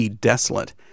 Desolate